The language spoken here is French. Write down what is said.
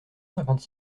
cinquante